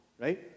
right